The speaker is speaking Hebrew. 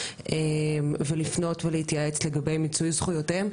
לפנות ולהתייעץ לגבי מיצוי זכויותיהם.